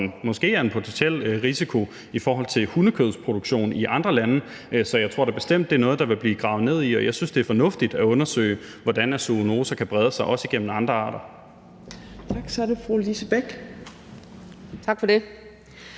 måske er en potentiel risiko i forhold til hundekødsproduktion i andre lande. Så jeg tror da bestemt, det er noget, der vil blive gravet ned i, og jeg synes, det er fornuftigt at undersøge, hvordan zoonoser kan brede sig, også gennem andre arter.